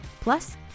plus